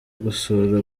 gusura